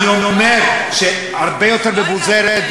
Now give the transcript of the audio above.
אני אומר: הרבה יותר מבוזרת,